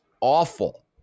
awful